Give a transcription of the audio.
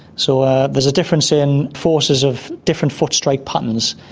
so ah there's a difference in forces of different foot strike patterns.